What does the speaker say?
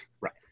Right